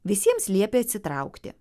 visiems liepė atsitraukti